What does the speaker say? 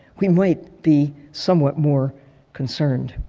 we might be somewhat more concerned.